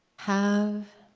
have